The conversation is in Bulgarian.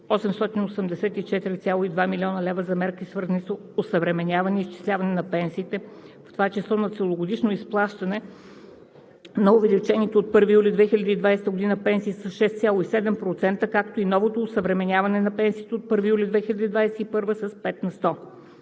884,2 млн. лв. за мерки, свързани с осъвременяване и изчисляване на пенсиите, в това число за целогодишно изплащане на увеличените от 1 юли 2020 г. пенсии с 6,7%, както и ново осъвременяване на пенсиите от 1 юли 2021 г. с 5 на сто;